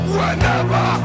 Whenever